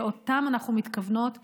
שאותם אנחנו מתכוונות לחזק,